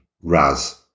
Raz